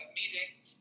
meetings